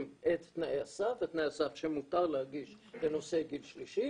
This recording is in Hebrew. את תנאי הסף ותנאי הסף שמותר להגיש בנושא גיל שלישי,